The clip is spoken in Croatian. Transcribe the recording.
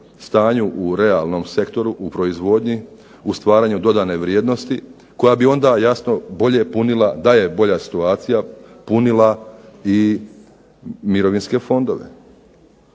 stanju u realnom sektoru, u proizvodnji, u stvaranju dodane vrijednosti koja bi onda jasno bolje punila, da je bolja situacija, punila i mirovinske fondove.